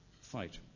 fight